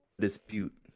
dispute